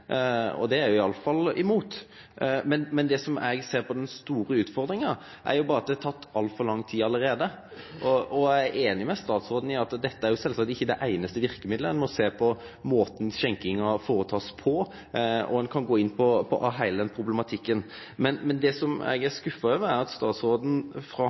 og det er eg i alle fall imot. Men det eg ser som den store utfordringa, er jo at det har teke altfor lang tid allereie. Eg er einig med statsråden i at dette sjølvsagt ikkje er det einaste verkemidlet. Ein må sjå på måten skjenkinga blir føreteke på, og ein kan gå inn på heile den problematikken. Men det som eg er skuffa over, er at statsråden frå